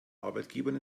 arbeitgebern